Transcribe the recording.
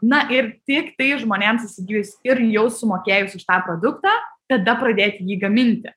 na ir tiktai žmonėms įsigyjus ir jau sumokėjus už tą produktą tada pradėti jį gaminti